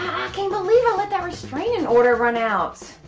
can't believe i let that restraining order run out.